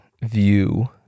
view